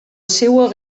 seua